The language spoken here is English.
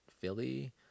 Philly